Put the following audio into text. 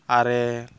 ᱟᱨᱮ